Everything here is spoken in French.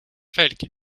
fekl